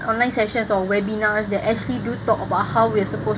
online sessions or webinars that actually do talk about how we're supposed